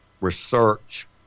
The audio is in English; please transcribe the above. research